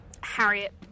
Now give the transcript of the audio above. harriet